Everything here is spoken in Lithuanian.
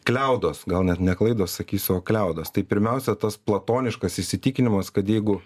kliaudos gal net ne klaidos sakysiu o kliaudos tai pirmiausia tas platoniškas įsitikinimas kad jeigu